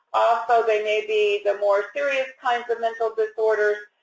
also, they may be the more serious kinds of mental disorders,